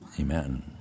amen